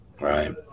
Right